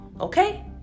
Okay